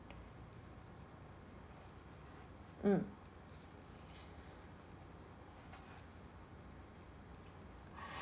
mm